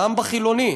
גם בחילוני,